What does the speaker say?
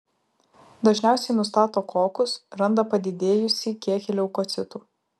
dažniausiai nustato kokus randa padidėjusį kiekį leukocitų